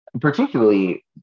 particularly